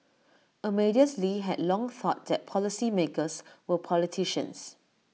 Amadeus lee had long thought that policymakers were politicians